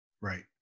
Right